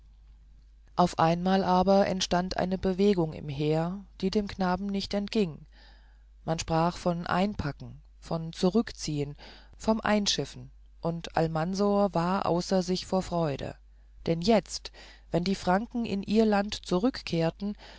auf einmal aber entstand eine bewegung im heer die dem knaben nicht entging man sprach von einpacken von zurückziehen vom einschiffen und almansor war außer sich vor freude denn jetzt wenn die franken in ihr land zurückkehrten